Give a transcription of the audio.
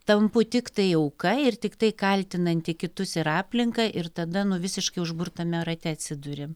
tampu tiktai auka ir tiktai kaltinanti kitus ir aplinką ir tada nu visiškai užburtame rate atsiduri